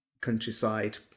countryside